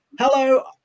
Hello